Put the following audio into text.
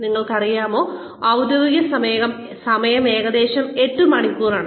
നിങ്ങൾക്കറിയാമോ ഔദ്യോഗിക സമയം ഏകദേശം എട്ട് മണിക്കൂറാണ്